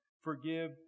forgive